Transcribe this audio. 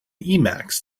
emacs